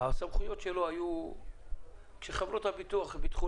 הסמכויות שלו היו כשחברות הביטוח ביטחו